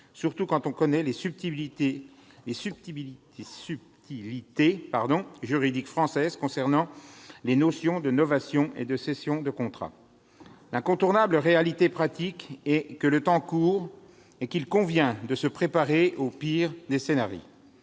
surtout quand on connaît les subtilités juridiques françaises concernant les notions de novations et de cession de contrat. L'incontournable réalité pratique est que le temps court et qu'il convient se préparer au pire des scénarios